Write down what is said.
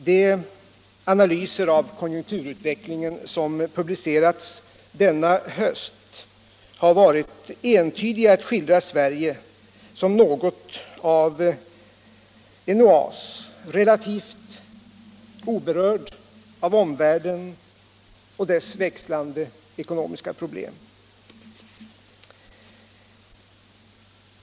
De analyser av konjunkturutvecklingen som publicerats denna höst har skildrat Sverige som något av en oas, relativt oberörd av omvärlden och dess växlande ekonomiska problem.